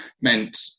meant